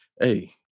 Hey